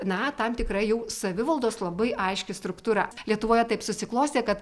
na tam tikra jau savivaldos labai aiški struktūra lietuvoje taip susiklostė kad